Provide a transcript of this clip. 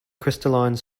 crystalline